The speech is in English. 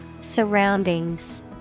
Surroundings